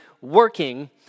working